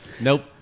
Nope